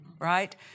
Right